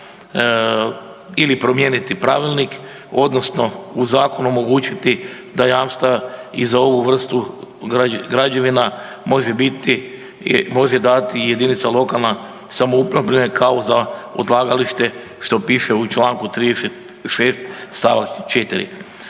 ili promijeniti pravilnik odnosno u zakonu omogućiti da jamstva i za ovu vrstu građevina može dati jedinica lokalne samouprave kao za odlagalište što piše u čl. 36. st. 4.